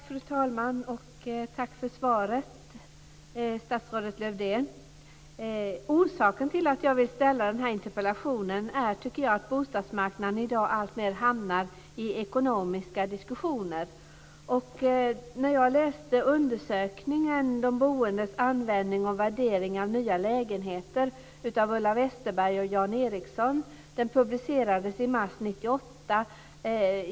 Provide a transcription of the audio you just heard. Fru talman! Tack för svaret, statsrådet Lövdén. Orsaken till att jag vill ställa denna interpellation är att jag tycker att bostadsmarknaden i dag alltmer hamnar i ekonomiska diskussioner. Jag har läst undersökningen De boendes användning och värdering av nya lägenheter av Ulla Westerberg och Jan Eriksson, som publicerades i mars 1998.